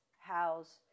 house